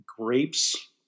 grapes